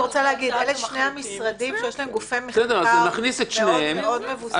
אלה שני משרדים שיש להם גופי מחקר מאוד מבוססים.